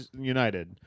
United